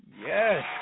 Yes